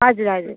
हजुर हजुर